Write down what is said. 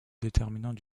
déterminant